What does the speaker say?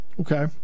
Okay